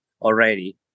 already